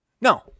No